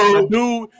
Dude